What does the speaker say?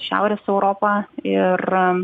šiaurės europą ir